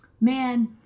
man